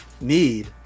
Need